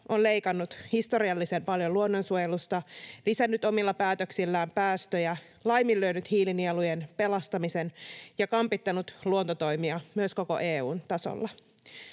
on leikannut historiallisen paljon luonnonsuojelusta, lisännyt omilla päätöksillään päästöjä, laiminlyönyt hiilinielujen pelastamisen ja kampittanut luontotoimia myös koko EU:n tasolla.